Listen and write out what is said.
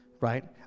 right